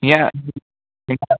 हीअं